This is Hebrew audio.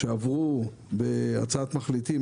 שעברו בהצעת מחליטים,